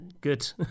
good